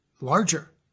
larger